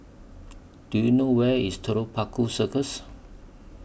Do YOU know Where IS Telok Paku Circus